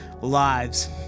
lives